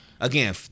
again